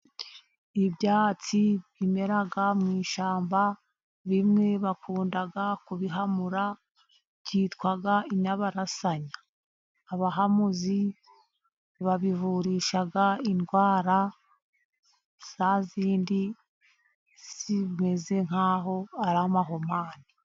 Ibyatsi bimera mu ishyamba, bimwe bakunda kubihamura byitwa inyabarasanya. Abahamuzi babivurisha indwara zazindi zimeze nk’aho ari amahumane.